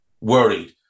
worried